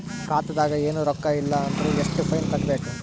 ಖಾತಾದಾಗ ಏನು ರೊಕ್ಕ ಇಲ್ಲ ಅಂದರ ಎಷ್ಟ ಫೈನ್ ಕಟ್ಟಬೇಕು?